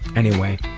anyway.